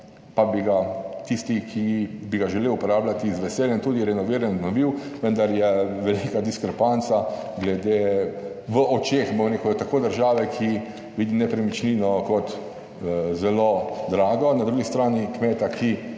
pa bi ga tisti, ki bi ga želel uporabljati z veseljem tudi renoviran obnovil, vendar je velika diskrepanca glede, v očeh bom rekel tako države, ki vidi nepremičnino kot zelo drago na drugi strani kmeta, ki